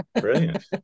Brilliant